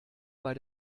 bei